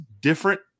different